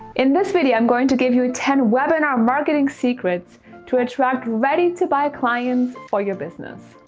in this video, i'm going to give you a ten webinar marketing secrets to attract, ready to buy clients for your business.